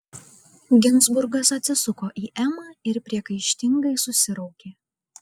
ginzburgas atsisuko į emą ir priekaištingai susiraukė